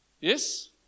Yes